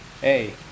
hey